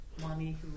mommy